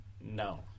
No